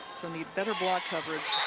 need better block coverage.